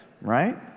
right